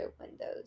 windows